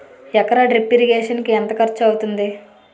ఎకర drip irrigation కి ఎంత ఖర్చు అవుతుంది?